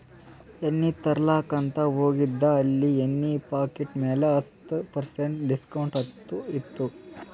ಎಣ್ಣಿ ತರ್ಲಾಕ್ ಅಂತ್ ಹೋಗಿದ ಅಲ್ಲಿ ಎಣ್ಣಿ ಪಾಕಿಟ್ ಮ್ಯಾಲ ಹತ್ತ್ ಪರ್ಸೆಂಟ್ ಡಿಸ್ಕೌಂಟ್ ಅಂತ್ ಇತ್ತು